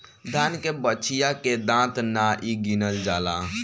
दान के बछिया के दांत नाइ गिनल जाला